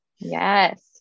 Yes